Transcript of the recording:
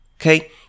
Okay